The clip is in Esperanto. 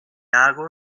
agos